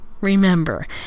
Remember